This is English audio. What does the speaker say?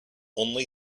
only